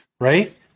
right